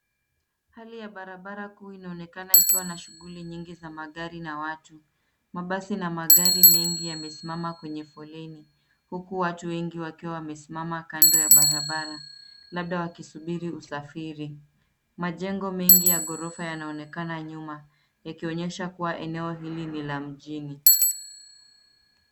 Hali ya barabara kuu inaonekana ikiwa na shughuli nyingi za magari na watu. Mabasi na magari mengi yamesimama kwenye foleni uku watu wengi wakiwa wamesimama kando ya barabara labda wakisubiri usafiri. Majengo mengi ya ghorofa yanaonekana nyuma yakionyesha kuwa eneo hili ni la mjini.